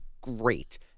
great